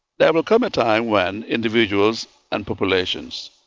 there will come a time when individuals and populations,